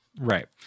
Right